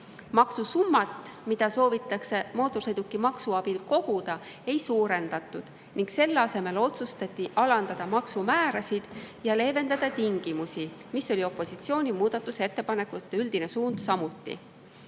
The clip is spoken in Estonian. Maksusummat, mida soovitakse mootorsõidukimaksu abil koguda, ei suurendatud ning selle asemel otsustati alandada maksumäärasid ja leevendada tingimusi, mis oligi opositsiooni muudatusettepanekute üldine suund.